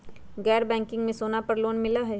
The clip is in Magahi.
गैर बैंकिंग में सोना पर लोन मिलहई?